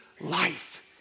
life